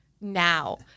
now